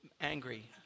angry